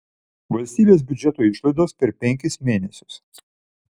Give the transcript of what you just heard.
valstybės biudžeto išlaidos per penkis mėnesius